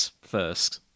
first